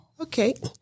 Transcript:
Okay